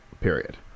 period